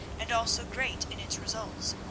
and also great in its results.